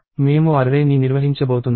మేము అర్రే ని నిర్వహించబోతున్నాము